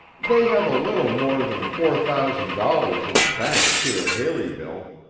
they have a little more than four thousand dollars in the bank here at haleyville,